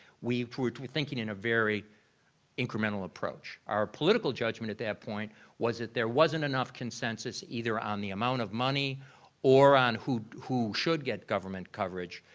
we would we're thinking in a very incremental approach. our political judgment at that point was that there wasn't enough consensus either on the amount of money or on who who should get government coverage,